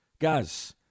Guys